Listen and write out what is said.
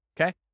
Okay